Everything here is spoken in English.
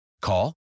Call